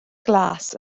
glas